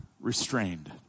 restrained